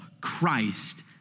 Christ